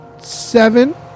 seven